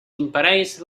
imparells